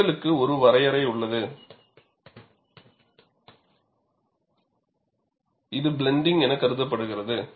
உங்களுக்கு ஒரு வரையறை உள்ளது இது பிளண்டிங்க் கருதப்படுகிறது